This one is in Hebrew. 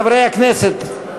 חברי הכנסת,